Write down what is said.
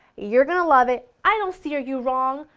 you're going to love it, i don't steer you wrong,